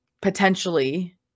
potentially